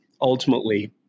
ultimately